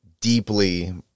deeply